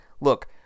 look